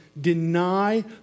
deny